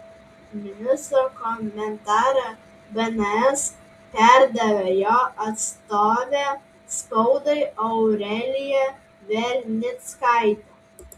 ministro komentarą bns perdavė jo atstovė spaudai aurelija vernickaitė